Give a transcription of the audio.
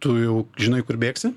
tu jau žinai kur bėgsi